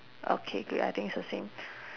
okay good I think it's the same